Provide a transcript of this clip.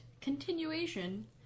Continuation